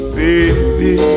baby